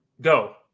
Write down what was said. Go